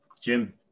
Jim